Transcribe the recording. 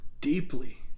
deeply